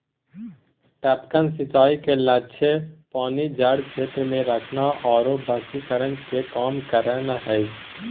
टपकन सिंचाई के लक्ष्य पानी जड़ क्षेत्र में रखना आरो वाष्पीकरण के कम करना हइ